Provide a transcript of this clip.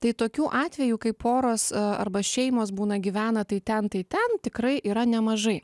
tai tokių atvejų kai poros arba šeimos būna gyvena tai ten tai ten tikrai yra nemažai